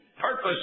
purpose